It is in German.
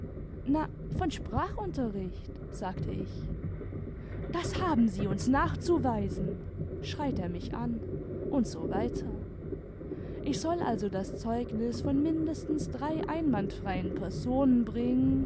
na von sprachunterricht sagte ich das haben sie uns nachzuweisen schreit er mich an und so weiter ich soll also das zeugnis von mindestens drei einwandfreien personen bringen